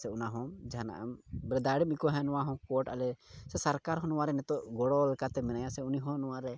ᱥᱮ ᱚᱱᱟ ᱦᱚᱸ ᱡᱟᱦᱟᱱᱟᱜ ᱮᱢ ᱵᱚᱞᱮ ᱫᱟᱲᱮᱢ ᱟᱹᱭᱠᱟᱹᱣᱟ ᱱᱚᱣᱟ ᱦᱚᱸ ᱠᱳᱰ ᱟᱞᱮ ᱥᱚᱨᱠᱟᱨ ᱦᱚᱸ ᱱᱚᱣᱟᱨᱮ ᱱᱤᱛᱚᱜ ᱜᱚᱲᱚ ᱞᱮᱠᱟᱛᱮ ᱢᱮᱱᱟᱭᱟ ᱥᱮ ᱩᱱᱤ ᱦᱚᱸ ᱱᱚᱣᱟᱨᱮ